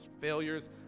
failures